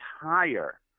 higher